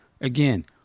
again